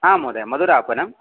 आं महोदय मधुरापणं